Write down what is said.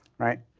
right?